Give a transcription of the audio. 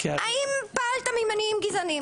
האם פעלת ממניעים גזעניים?